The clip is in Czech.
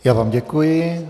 Já vám děkuji.